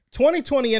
2020